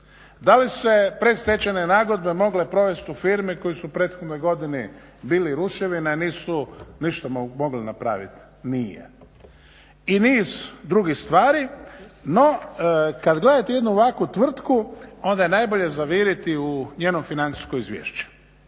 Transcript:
Da li su se predstečajne nagodbe mogle provesti u firmi koje su u prethodnoj godini bili ruševine, nisu ništa mogli napraviti? Nije. I niz drugih stvari. No kad gledate jednu ovakvu tvrtku onda je najbolje zaviriti u njeno financijsko izvješće